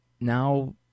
Now